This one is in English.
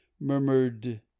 murmured